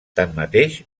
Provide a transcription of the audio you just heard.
tanmateix